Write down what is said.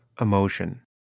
emotion